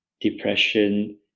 depression